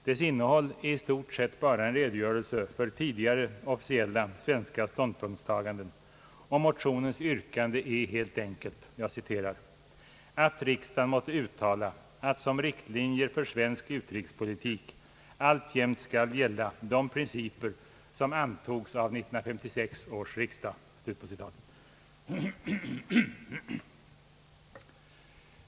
Dess innehåll är i stort sett bara en redogörelse för tidigare officiella svenska ståndpunktstaganden, och motionens yrkande är helt enkelt »att riksdagen måtte uttala att som riktlinjer för svensk utrikespolitik alltjämt skall gälla de principer som antogs av 1956 års riksdag».